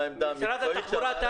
מה העמדה המקצועית של -- משרד התחבורה,